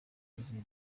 buzima